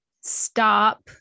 stop